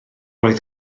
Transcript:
oedd